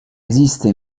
esiste